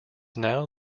now